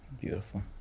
Beautiful